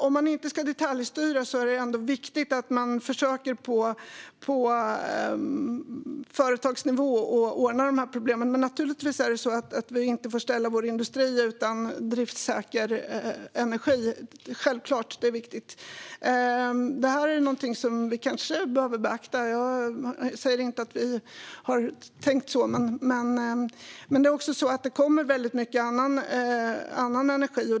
Om man inte ska detaljstyra är det ändå viktigt att man på företagsnivå försöker ta itu med dessa problem. Men vi får naturligtvis inte ställa våra industrier utan driftssäker energi. Det är självklart viktigt. Detta är kanske någonting som vi behöver beakta. Jag säger inte att vi har tänkt så. Men det kommer också väldigt mycket annan energi.